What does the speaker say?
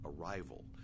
arrival